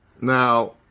Now